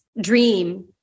dream